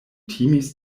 timis